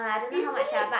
isn't it